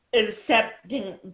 Accepting